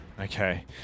Okay